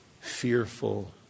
fearful